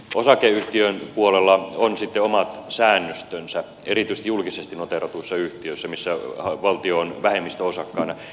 osakeyhtiön puolella on sitten omat säännöstönsä erityisesti julkisesti noteeratuissa yhtiöissä missä valtio on vähemmistöosakkaana